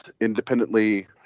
independently